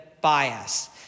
bias